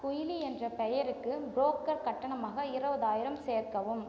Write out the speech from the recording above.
குயிலி என்ற பெயருக்கு புரோக்கர் கட்டணமாக இருபதாயிரம் சேர்க்கவும்